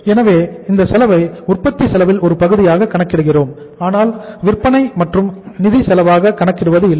எனவே இந்த செலவை உற்பத்தி செலவில் ஒரு பகுதியாக கணக்கிடுகிறோம் ஆனால் விற்பனை மற்றும் நிதி செலவாக கணக்கிடுவது இல்லை